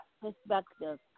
perspective